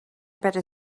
better